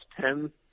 ten